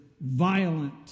violent